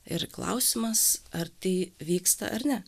ir klausimas ar tai vyksta ar ne